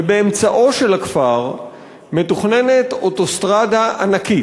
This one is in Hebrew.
ובאמצעו של הכפר מתוכננת אוטוסטרדה ענקית.